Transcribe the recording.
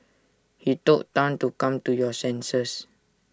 he told Tan to come to your senses